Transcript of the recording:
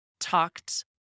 talked